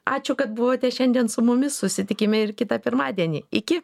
ačiū kad buvote šiandien su mumis susitikime ir kitą pirmadienį iki